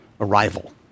arrival